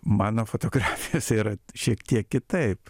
mano fotografijose yra šiek tiek kitaip